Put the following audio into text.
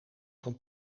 van